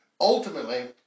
ultimately